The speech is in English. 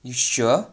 you sure